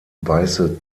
weiße